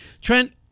Trent